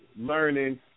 learning